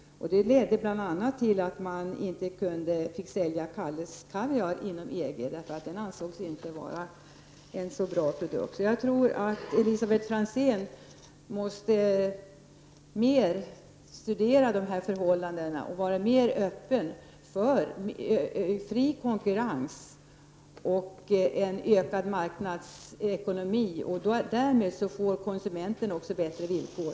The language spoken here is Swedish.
Det har bl.a. lett till att man inte får sälja Kalles Kaviar inom EG — den anses inte vara en så bra produkt. Jag tror att Elisabet Franzén måste studera de här förhållandena mer och vara mer öppen för fri konkurrens och ökad marknadsekonomi. Därmed får konsumenten också bättre villkor.